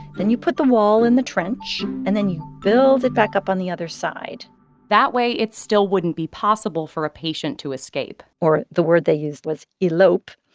then you put the wall in the trench and then you build it back up on the other side that way it's still wouldn't be possible for a patient to escape or the word they used was elope.